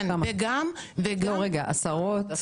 עשרות.